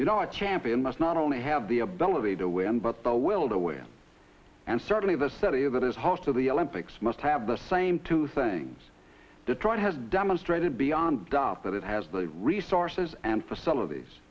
a champion must not only have the ability to win but the will to win and certainly the study of it is host of the olympics must have the same two things detroit has demonstrated beyond doubt that it has the resources and facilities